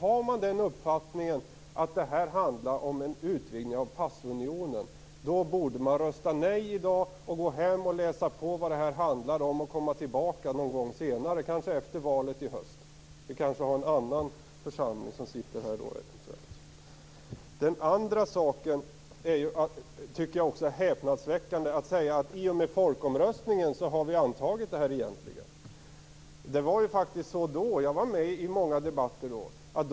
Har man uppfattningen att det här handlar om en utvidgning av passunionen borde man i dag rösta nej, gå hem och läsa på vad det här handlar om och komma tillbaka någon gång senare, kanske efter valet i höst. Vi kanske har en annan församling som sitter här då. För det andra säger Göran Magnusson något häpnadsväckande, nämligen att vi i och med folkomröstningen egentligen har antagit det här. Jag var med i många debatter inför folkomröstningen.